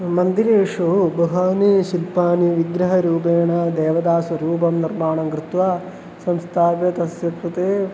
मन्दिरेषु बहूनि शिल्पानि विग्रहरूपेण देवतास्वरूपं निर्माणं कृत्वा संस्थाप्य तस्य कृते